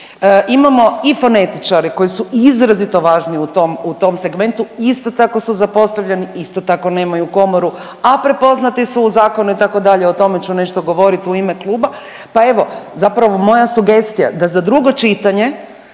Imamo i fonetičare koji su izrazito važni u tom, u tom segmentu i isto tako su zapostavljeni, isto tako nemaju komoru, a prepoznati su u zakonu itd., o tome ću nešto govorit u ime kluba, pa evo zapravo moja sugestija da za drugo čitanje